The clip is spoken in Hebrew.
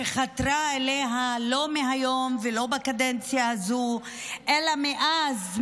חתרה אליה לא מהיום ולא בקדנציה הזו אלא מאז,